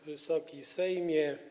Wysoki Sejmie!